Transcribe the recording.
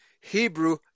Hebrew